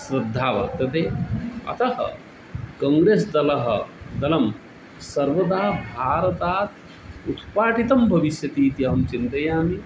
श्रद्धा वर्तते अतः कङ्ग्रेस् दलं दलं सर्वदा भारतात् उत्पाठितं भविष्यति इति अहं चिन्तयामि